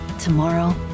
tomorrow